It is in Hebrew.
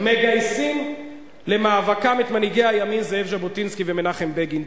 מגייסים למאבקם את מנהיגי הימין זאב ז'בוטינסקי ומנחם בגין.